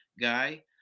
guy